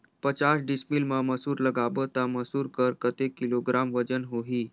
पचास डिसमिल मा मसुर लगाबो ता मसुर कर कतेक किलोग्राम वजन होही?